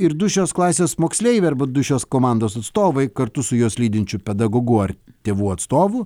ir du šios klasės moksleiviai arba du šios komandos atstovai kartu su juos lydinčiu pedagogu ar tėvų atstovų